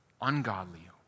Ungodly